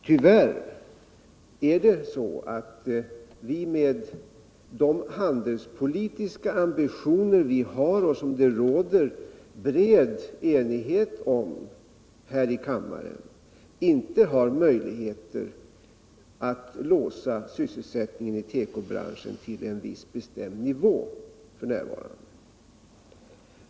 Tyvärr har vi med våra handelspolitiska ambitioner, som det råder bred enighet om här i kammaren, inte möjligheter att låsa sysselsättningen i tekobranschen till en viss, bestämd nivå f. n.